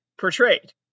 portrayed